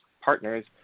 partners